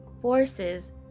forces